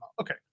Okay